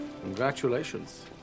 Congratulations